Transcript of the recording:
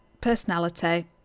personality